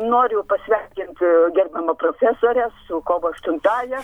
noriu pasveikint gerbiamą profesorę su kovo aštuntąja